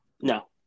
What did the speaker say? no